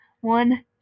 One